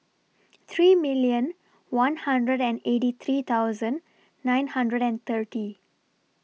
three million one hundred and eighty three thousand nine hundred and thirty